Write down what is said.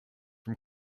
from